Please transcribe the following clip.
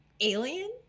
alien